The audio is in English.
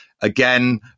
Again